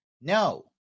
No